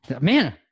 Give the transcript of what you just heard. man